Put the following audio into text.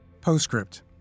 Postscript